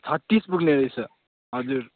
छत्तिस पुग्ने रहेछ हजुर